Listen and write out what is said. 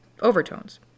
overtones